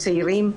צעירים,